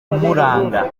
umuranga